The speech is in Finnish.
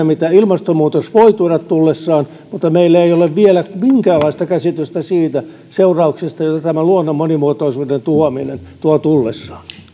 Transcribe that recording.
mitä ilmastonmuutos voi tuoda tullessaan mutta meillä ei ole vielä minkäänlaista käsitystä seurauksista joita tämä luonnon monimuotoisuuden tuhoaminen tuo tullessaan